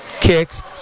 kicks